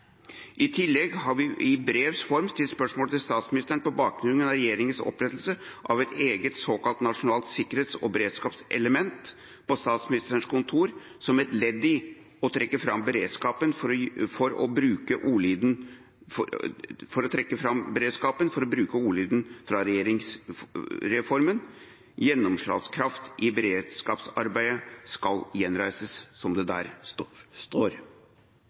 I tillegg har vi i brevs form stilt spørsmål til statsministeren på bakgrunn av regjeringas opprettelse av et eget såkalt nasjonalt sikkerhets- og beredskapselement ved Statsministerens kontor, som et ledd i å trekke fram beredskap – eller for å bruke ordlyden fra regjeringsplattformen: Gjennomslagskraft i beredskapsarbeidet skal gjenreises. Grunnen til at vi stilte spørsmålet om sikkerhets- og beredskapselementet, var for å få klarhet i hvilken rolle dette spiller som